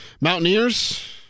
Mountaineers